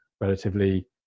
relatively